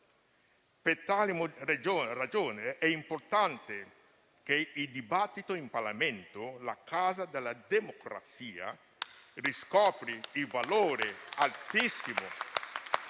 Per tali ragioni è importante che il dibattito in Parlamento, la casa della democrazia, riscopra il valore altissimo